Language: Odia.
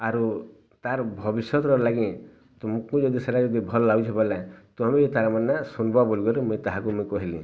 ଆରୁ ତାର୍ ଭବିଷ୍ୟତର୍ ଲାଗିଁ ତୁମକୁଁ ଯଦି ସେଇଟା ଯଦି ଭଲ୍ ଲାଗୁଛେ ବୋଁଲେ ତମେ ତାର୍ ମାନେ ଶୁନବ ବୋଲିକରି ମୁଇଁ ତାହାକୁଁ ମୁଇଁ କହେଁଲି